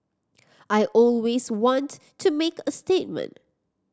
I always want to make a statement